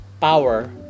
power